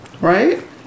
right